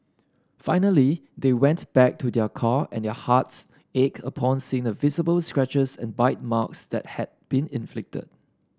finally they went back to their car and their hearts ached upon seeing the visible scratches and bite marks that had been inflicted